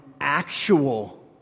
actual